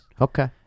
okay